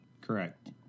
Correct